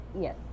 Yes